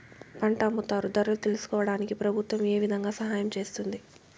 పంట అమ్ముతారు ధరలు తెలుసుకోవడానికి ప్రభుత్వం ఏ విధంగా సహాయం చేస్తుంది?